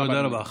תודה רבה.